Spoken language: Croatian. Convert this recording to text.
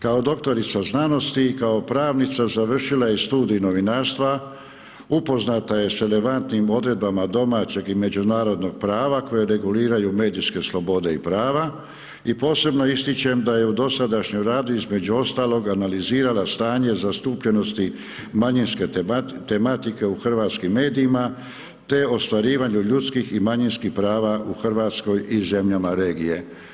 Kao doktorica znanosti, kao pravnica završila je studij novinarstva, upoznata je sa relevantnim odredbama domaćeg i međunarodnog prava koje reguliraju medijske slobode i prava i posebno ističem da je u dosadašnjem radu između ostaloga analizirala stanje zastupljenosti manjinske tematike u hrvatskim medijima te ostvarivanje ljudskih i manjinskih prava u Hrvatskoj i zemljama regije.